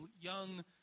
young